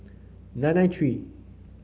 nine nine three